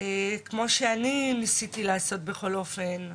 כמו שאני ניסיתי לעשות בכל אופן.